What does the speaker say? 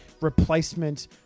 replacement